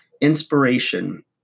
inspiration